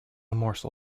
morsel